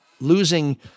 losing